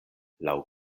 laŭ